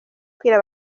kwira